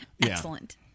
Excellent